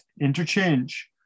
interchange